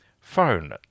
Phone